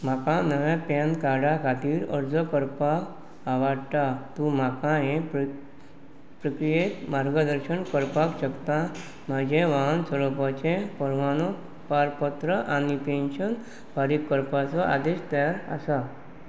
म्हाका नवें पॅन कार्डा खातीर अर्ज करपाक आवडटा तूं म्हाका हें प्र प्रक्रियेक मार्गदर्शन करपाक शकता म्हजें वाहन सरोपाचें परमानू पारपत्र आनी पेन्शन फारीक करपाचो आदेश तयार आसा